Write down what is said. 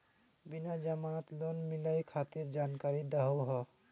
बिना जमानत लोन मिलई खातिर जानकारी दहु हो?